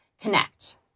connect